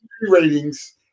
ratings